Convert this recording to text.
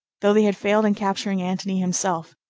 though they had failed in capturing antony himself,